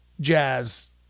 jazz